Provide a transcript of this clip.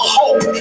hope